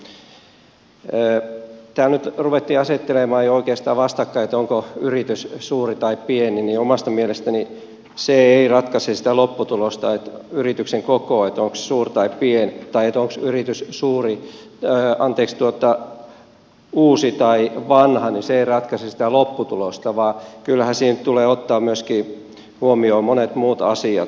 täällä nyt ruvettiin asettelemaan jo oikeastaan vastakkain yrityksiä sen mukaan onko yritys suuri vai pieni ja omasta mielestäni lopputulosta ei ratkaise yrityksen koko onko se suuri vai pieni tai se onko yritys uusi vai vanha vaan kyllähän siinä tulee ottaa huomioon myöskin monet muut asiat